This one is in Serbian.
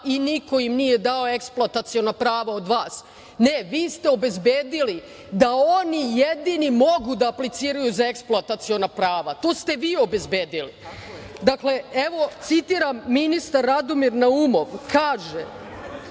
i niko im nije dao eksploataciono pravo od vas. Ne, vi ste obezbedili da oni jedini mogu da apliciraju za eksploataciona prava. To ste vi obezbedili. Evo citiram, ministar Radomir Naumom kaže